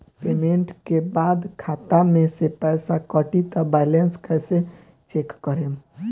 Payment के बाद खाता मे से पैसा कटी त बैलेंस कैसे चेक करेम?